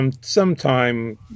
sometime